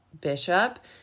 Bishop